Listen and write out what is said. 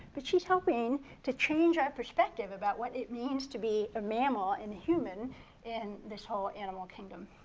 but she's helping to change our perspective about what it means to be a mammal and human in this whole animal kingdom.